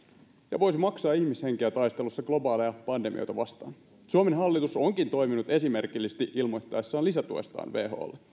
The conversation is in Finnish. ja voisi maksaa ihmishenkiä taistelussa globaaleja pandemioita vastaan suomen hallitus onkin toiminut esimerkillisesti ilmoittaessaan lisätuestaan wholle